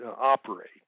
operate